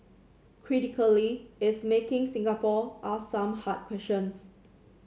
critically is making Singapore ask some hard questions